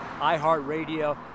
iHeartRadio